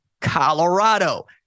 Colorado